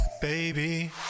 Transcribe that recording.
Baby